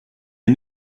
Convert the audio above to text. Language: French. est